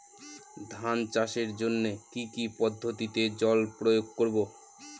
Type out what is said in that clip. ধান চাষের জন্যে কি কী পদ্ধতিতে জল প্রয়োগ করব?